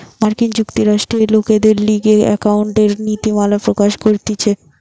মার্কিন যুক্তরাষ্ট্রে লোকদের লিগে একাউন্টিংএর নীতিমালা প্রকাশ করতিছে